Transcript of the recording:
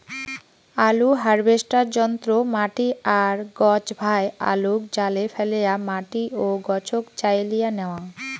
আলু হারভেস্টার যন্ত্র মাটি আর গছভায় আলুক জালে ফ্যালেয়া মাটি ও গছক চাইলিয়া ন্যাওয়াং